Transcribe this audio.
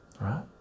right